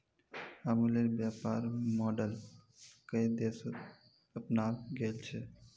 अमूलेर व्यापर मॉडल कई देशत अपनाल गेल छ